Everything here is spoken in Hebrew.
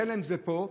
חלם זה פה,